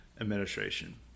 administration